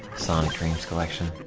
sonic dreams collection